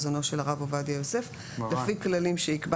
של הרב עובדיה יוסף לפי כללים שיקבע --- מרן.